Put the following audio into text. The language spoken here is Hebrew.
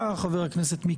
בכנסת.